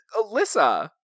Alyssa